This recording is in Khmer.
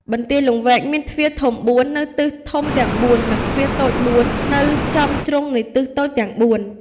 បន្ទាយលង្វែកមានទ្វារធំ ៤ នៅទិសធំទាំងបួន និងទ្វារតូច ៤ នៅចំជ្រុងនៃទិសតូចទាំងបួន។